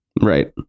right